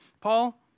Paul